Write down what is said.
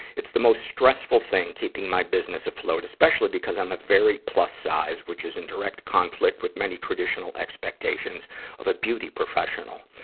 it's the most stressful thing keeping my business afloat, especially because i'm a very plus-size, which is in direct conflict of many traditional expectations of a beauty professional.